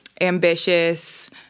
Ambitious